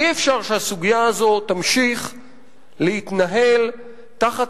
אי-אפשר שהסוגיה הזאת תמשיך להתנהל תחת